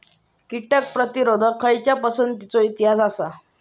कीटक प्रतिरोधक खयच्या पसंतीचो इतिहास आसा?